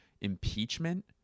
Impeachment